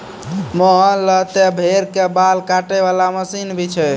मोहन लॅ त भेड़ के बाल काटै वाला मशीन भी छै